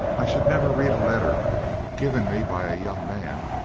i should never read a letter given me by a young man,